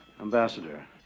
Ambassador